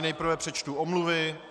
Nejprve přečtu omluvy.